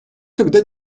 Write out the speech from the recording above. когда